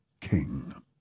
king